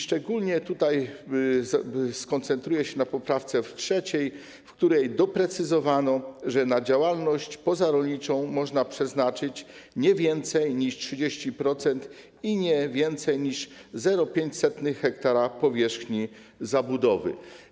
Szczególnie skoncentruję się na poprawce 3., w której doprecyzowano, że na działalność pozarolniczą można przeznaczyć nie więcej niż 30% i nie więcej niż 0,05 ha powierzchni zabudowy.